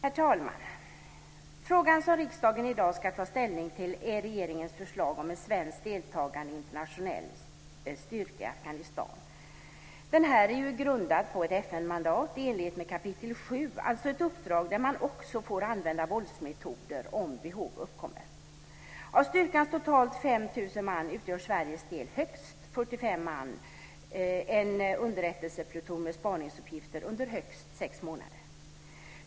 Herr talman! Frågan som riksdagen i dag ska ta ställning till är regeringens förslag om ett svenskt deltagande i en internationell styrka i Afghanistan. Det är grundat på ett FN-mandat i enlighet med kapitel 7. Det är alltså ett uppdrag där man också får använda våldsmetoder om behov uppkommer. Av styrkans totalt 5 000 man utgör Sveriges del högst 45 man, en underrättelsepluton med spaningsuppgifter, under högst 6 månader.